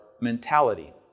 mentality